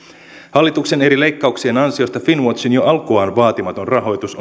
hallituksen eri leikkauksien ansiosta finnwatchin jo alkuaan vaatimaton rahoitus